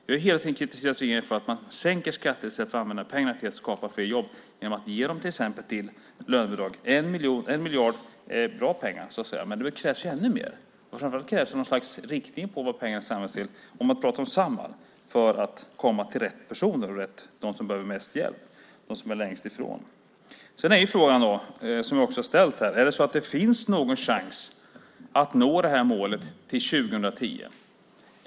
Vi har hela tiden kritiserat regeringen för att man sänker skatter i stället för att använda pengarna till att skapa fler jobb genom att till exempel ge dem till lönebidrag. Det är bra pengar med 1 miljard, men det krävs ännu mer. Framför allt krävs det någon form av riktlinje för vad pengarna ska användas till om man talar om Samhall för att det ska nå rätt personer, det vill säga de som behöver mest hjälp och är längst ifrån. Vi har också ställt en fråga. Är det så att det finns någon chans att nå målet till år 2010?